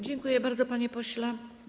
Dziękuję bardzo, panie pośle.